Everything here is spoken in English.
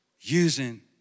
using